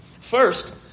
First